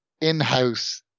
in-house